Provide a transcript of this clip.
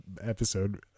episode